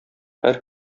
һәр